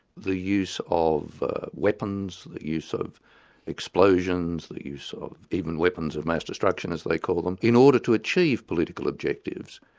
the use of weapons, the use of explosions, the use of even weapons of mass destruction as they call them, in order to achieve political objectives,